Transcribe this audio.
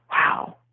wow